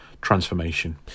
Transformation